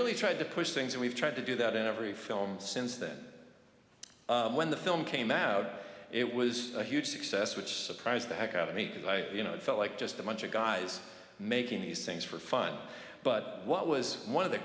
really tried to push things and we've tried to do that in every film since then when the film came out it was a huge success which surprised the heck out of me because i you know it felt like just a bunch of guys making these things for fun but what was one of the